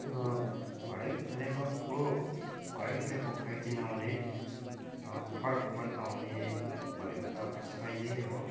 हरेक लेखकको हरेक लेखकलाई चिनाउने फरकपन आउने भनेको त अब शैली नै हो